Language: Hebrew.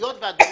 היות ואדוני,